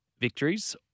victories